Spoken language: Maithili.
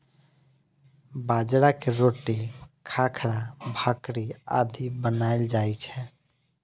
बाजरा के रोटी, खाखरा, भाकरी आदि बनाएल जाइ छै